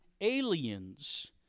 aliens